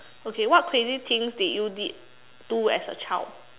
okay what crazy things did you did do as a child